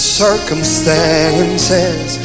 circumstances